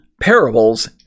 parables